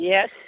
Yes